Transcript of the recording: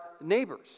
neighbors